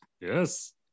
Yes